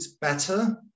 better